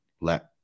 let